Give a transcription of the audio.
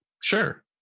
Sure